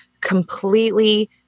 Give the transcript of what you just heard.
completely